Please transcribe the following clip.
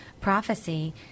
prophecy